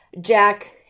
Jack